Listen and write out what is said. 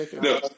No